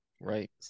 Right